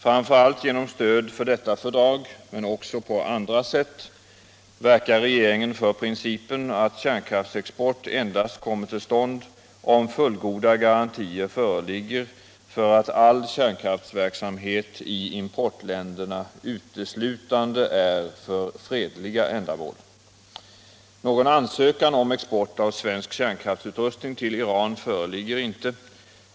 Framför allt genom stöd för detta fördrag, men också på andra sätt, verkar regeringen för principen att kärnkraftsexport endast kommer till stånd om fullgoda garantier föreligger för att all kärnkraftsverksamhet i importländerna uteslutande är för fredliga ändamål. Någon ansökan om export av svensk kärnkraftsutrustning till Iran föreligger inte.